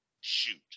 shoot